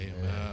Amen